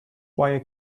wire